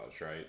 right